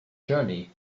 journey